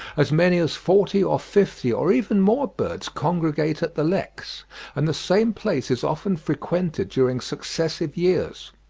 as many as forty or fifty, or even more birds congregate at the leks and the same place is often frequented during successive years.